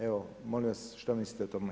Evo molim vas, što mislite o tome?